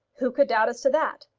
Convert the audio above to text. who could doubt as to that?